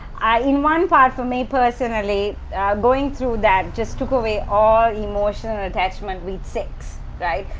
in one part for me personally going through that just took away all emotional attachment with sex. right.